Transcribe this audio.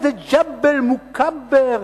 באיזה ג'בל-מוכבר,